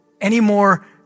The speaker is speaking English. anymore